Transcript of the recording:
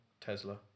Tesla